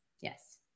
Yes